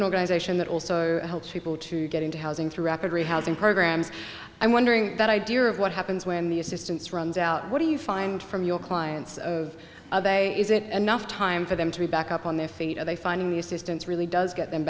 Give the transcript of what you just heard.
an organization that also helps people to get into housing through record housing programs i'm wondering that idea of what happens when the assistance runs out what do you find from your clients of a day is it enough time for them to be back up on their feet are they finding the assistance really does get them